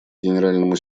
генеральному